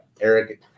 Eric